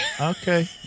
Okay